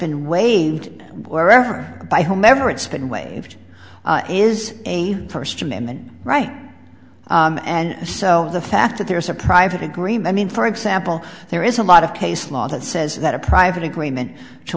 been waived wherever by whomever it's been waived is a first amendment right and so the fact that there's a private agreement mean for example there is a lot of case law that says that a private agreement to